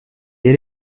elle